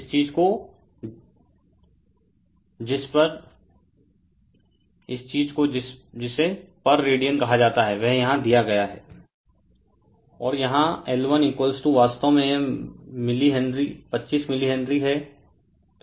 इस चीज़ को जिसे पर रेडियन कहा जाता है वह यहाँ दिया गया है ω0 Refer Slide Time 0735 और यहाँ L1 वास्तव में यह 25 मिली हेनरी है